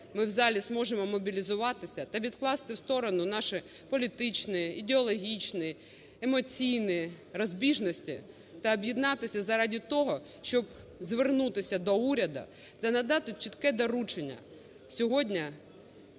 ми в залі зможемо мобілізуватися та відкласти в сторону наші політичні, ідеологічні, емоційні розбіжності та об'єднатися заради того, щоб звернутися до уряду та надати чітке доручення